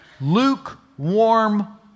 lukewarm